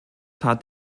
tat